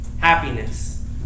happiness